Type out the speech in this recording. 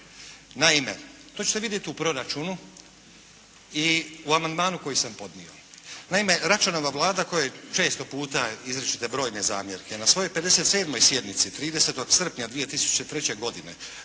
Naime, to ćete vidjeti u proračunu i u amandmanu koji sam podnio. Naime, Račanova Vlada kojoj često puta izričete brojne zamjerke, na svojoj 57. sjednici 30. srpnja 2003. godine